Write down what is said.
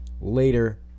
later